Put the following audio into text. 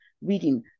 reading